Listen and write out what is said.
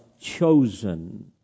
chosen